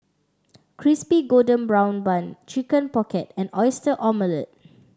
Crispy Golden Brown Bun Chicken Pocket and Oyster Omelette